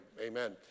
Amen